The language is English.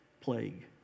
plague